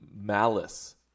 malice